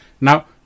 Now